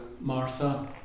Martha